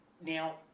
Now